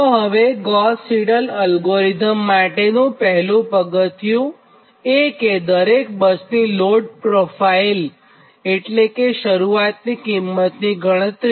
તો હવેગોસ Seidel algorithm માટેનું પહેલું પગથિયું એ કે દરેક બસની લોડ પ્રોફાઇલ એટલે કે શરુઆતની કિંમતની ગણતરી